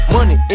Money